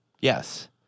Yes